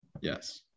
Yes